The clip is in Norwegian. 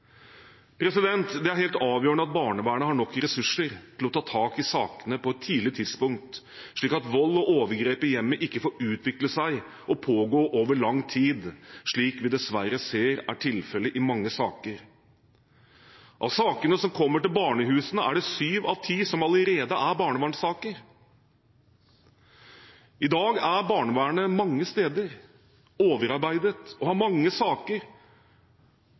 Det er helt avgjørende at barnevernet har nok ressurser til å ta tak i sakene på et tidlig tidspunkt, slik at vold og overgrep i hjemmet ikke får utvikle seg og pågå over lang tid – slik vi dessverre ser er tilfelle i mange saker. Av sakene som kommer til barnehusene, er syv av ti allerede barnevernssaker. I dag er barnevernet mange steder overarbeidet og har mange saker.